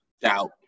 Doubt